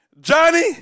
Johnny